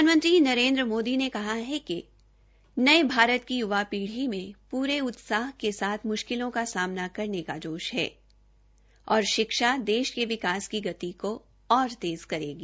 प्रधानमंत्री नरेन्द्र मोदी ने कहा है कि नये भारत की य्वा पीढ़ी में पूरे उत्साह के साथ मुशिकलों का सामना करने का जोश है और शिक्षा देश के विकास नीति की गति को और तेज़ करेगी